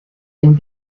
and